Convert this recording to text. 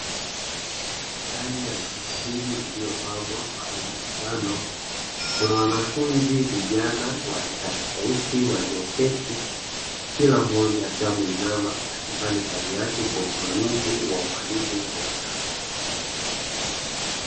Ndani ya darasa hili lililopambwa kwa rangi ya njano, kuna wanafunzi vijana wa rika tofauti walioketi. Kila mmoja akiwa ameinama akifanya kazi yake kwa usimamizi wa mwalimu mbele yao.